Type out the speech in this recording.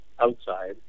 outside